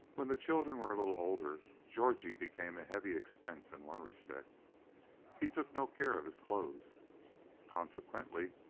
when the children were a little older, georgie became a heavy expense in one respect he took no care of his clothes consequently,